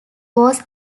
was